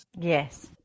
yes